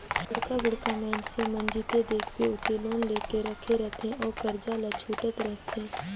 बड़का बड़का मइनसे मन जिते देखबे उते लोन लेके राखे रहथे अउ करजा ल छूटत रहथे